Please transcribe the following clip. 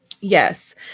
Yes